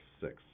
six